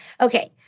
Okay